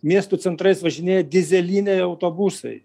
miestų centrais važinėja dyzeliniai autobusai